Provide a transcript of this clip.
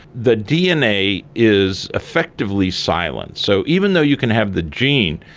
the dna is effectively silenced. so even though you can have the gene,